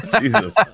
Jesus